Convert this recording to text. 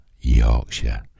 Yorkshire